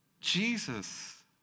Jesus